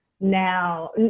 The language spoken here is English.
now